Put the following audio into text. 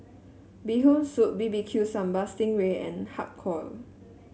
Bee Hoon Soup B B Q Sambal Sting Ray and Har Kow